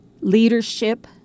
leadership